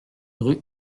rue